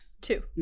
Two